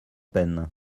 peine